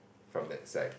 from that side